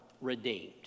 redeemed